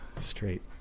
straight